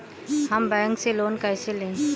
हम बैंक से लोन कैसे लें?